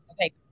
okay